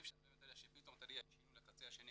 אי אפשר --- שפתאום יש שינוי לקצה השני.